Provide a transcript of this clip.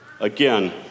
Again